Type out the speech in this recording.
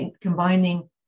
combining